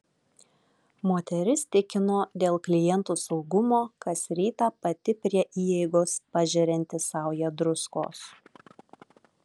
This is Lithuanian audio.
moteris tikino dėl klientų saugumo kas rytą pati prie įeigos pažerianti saują druskos